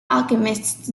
alchemists